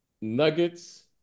Nuggets